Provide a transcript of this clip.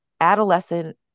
adolescent